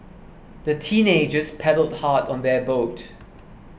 the teenagers paddled hard on their boat